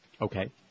Okay